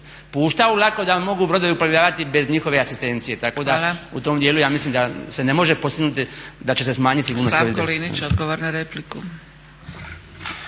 puštaju laku da brodovi mogu uplovljavati bez njihove asistencije, tako da mislim da se u tom dijelu ne može postignuti da će smanjiti sigurnost